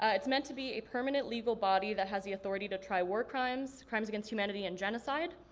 ah it's meant to be a permanent legal body that has the authority to try war crimes, crimes against humanity and genocide.